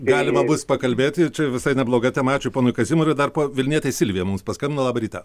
galima bus pakalbėti ir čia visai nebloga tema ačiū ponui kazimierui dar po vilnietė silvija mums paskambino labą rytą